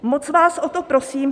Moc vás o to prosím.